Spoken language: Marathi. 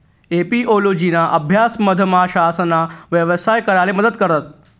एपिओलोजिना अभ्यास मधमाशासना यवसाय कराले मदत करस